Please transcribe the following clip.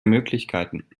möglichkeiten